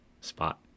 spot